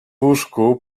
łóżku